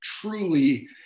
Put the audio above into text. truly